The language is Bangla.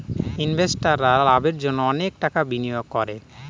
ইনভেস্টাররা লাভের জন্য অনেক টাকা বিনিয়োগ করে